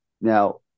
now